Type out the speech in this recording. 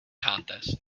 contest